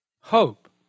hope